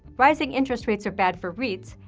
rising interest rates are bad for reits,